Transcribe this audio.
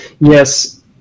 Yes